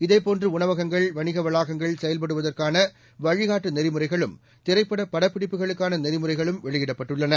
இதேபோன்று உணவகங்கள் வணிக வளாகங்கள் செயல்படுவதற்கான வழிகாட்டு நெறிமுறைகளும் திரைப்பட படப்பிடிப்புகளுக்கான நெறிமுறைகளும் வெளியிடப்பட்டுள்ளன